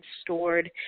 stored